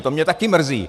To mě taky mrzí.